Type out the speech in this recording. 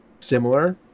similar